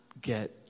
get